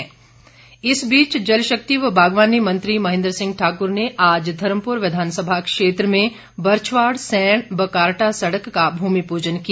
भूमिपूजन इस बीच जलशक्ति व बागवानी मंत्री महेन्द्र सिंह ठाक्र ने आज धर्मपूर विधानसभा क्षेत्र में बरच्छबाड़ सैण बकारटा सड़क का भूमिपूजन किया